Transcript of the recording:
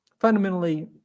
fundamentally